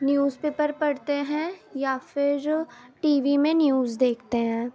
news paper پڑھتے ہیں یا پھر ٹی وی میں نیوز دیکھتے ہیں